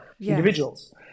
individuals